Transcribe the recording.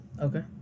Okay